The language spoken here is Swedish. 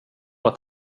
att